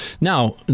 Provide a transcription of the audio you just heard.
Now